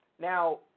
Now